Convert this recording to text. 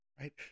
right